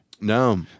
No